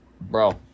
bro